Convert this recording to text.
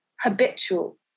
habitual